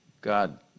God